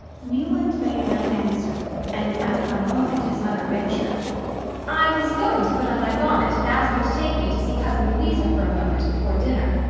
newland made no answer, and after a moment his mother ventured i was going to put on my bonnet and ask you to take me to see cousin louisa for a moment before dinner.